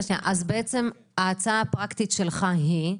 בעצם, ההצעה הפרקטית שלך היא?